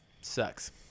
sucks